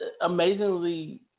amazingly